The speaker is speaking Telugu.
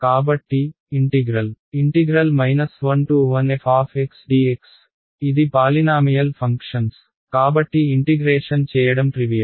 కాబట్టి ఇంటిగ్రల్ 11fdx ఇది పాలినామియల్ ఫంక్షన్స్ కాబట్టి ఇంటిగ్రేషన్ చేయడం ట్రివియల్